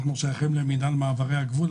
אנחנו שייכים למינהל מעברי הגבול,